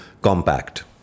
compact